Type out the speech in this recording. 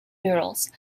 murals